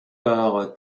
par